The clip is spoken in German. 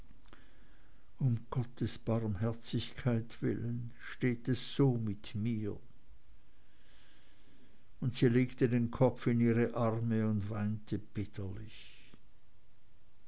um gottes barmherzigkeit willen steht es so mit mir und sie legte den kopf in ihre arme und weinte bitterlich